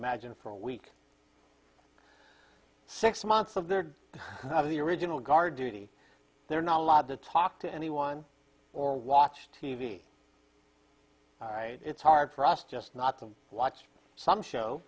imagine for a week six months of their the original guard duty they're not allowed to talk to anyone or watch t v all right it's hard for us just not to watch some show